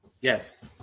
Yes